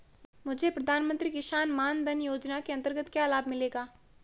मुझे प्रधानमंत्री किसान मान धन योजना के अंतर्गत क्या लाभ मिलेगा?